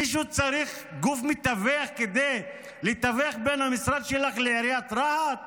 מישהו צריך גוף מתווך כדי לתווך בין המשרד שלך לעיריית רהט,